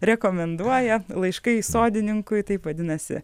rekomenduoja laiškai sodininkui taip vadinasi